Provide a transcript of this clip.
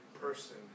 person